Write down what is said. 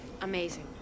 Amazing